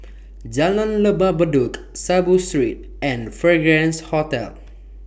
Jalan Lembah Bedok Saiboo Street and Fragrance Hotel